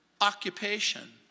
occupation